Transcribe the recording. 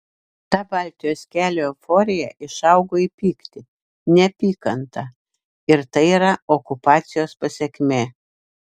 ta baltijos kelio euforija išaugo į pyktį neapykantą ir tai yra okupacijos pasekmė